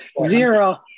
zero